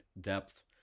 depth